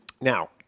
Now